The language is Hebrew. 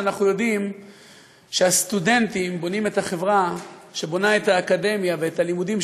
אנחנו יודעים שהסטודנטים בונים את החברה שבונה את האקדמיה ואת הלימודים,